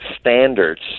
standards